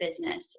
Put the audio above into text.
business